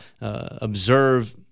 observe